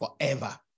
forever